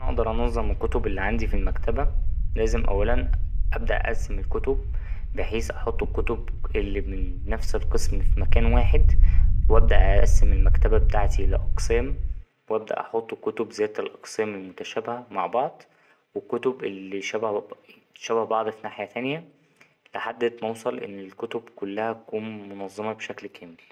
أقدر أنظم الكتب اللي عندي في المكتبة لازم أولا أبدأ أاقسم الكتب بحيث أحط الكتب اللي من نفس القسم في مكان واحد وأبدأ أاقسم المكتبة بتاعتي لأقسام وأبدأ أحط الكتب ذات الأقسام المتشابهه مع بعض وكتب الـشبه ـ الشبه بعض في ناحية تانية لحد ما أوصل إن الكتب كلها تكون منظمه بشكل كامل.